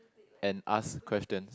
and ask questions